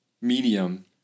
medium